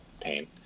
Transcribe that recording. pain